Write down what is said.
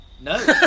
No